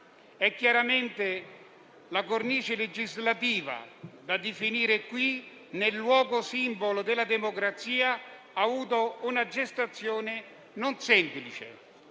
chiaramente la cornice legislativa da definire qui, nel luogo simbolo della democrazia, ha avuto una gestazione non semplice.